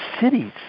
cities